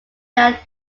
that